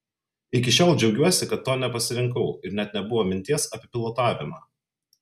iki šiol džiaugiuosi kad to nepasirinkau ir net nebuvo minties apie pilotavimą